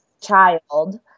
child